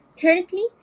Currently